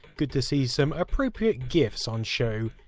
good to see so appropriate gifs on show.